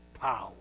power